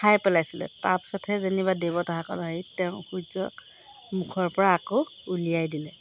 খাই পেলাইছিলে তাৰপিছতহে যেনিবা দেৱতাসকলৰ হেৰিত তেওঁ সূৰ্যক মুখৰ পৰা আকৌ উলিয়াই দিলে